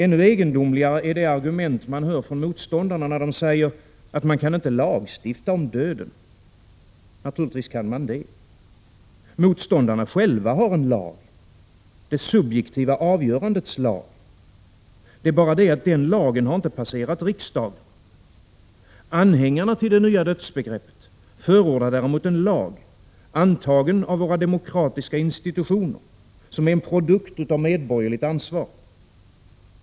Ännu egendomligare är motståndarnas argument, när de säger att man inte kan lagstifta om döden. Naturligtvis kan man det. Motståndarna själva har en lag — det subjektiva avgörandets lag. Det är bara det att den lagen inte har passerat riksdagen. Anhängarna av det nya dödsbegreppet förordar däremot en lag antagen av våra demokratiska institutioner, som är en produkt av medborgerligt ansvar.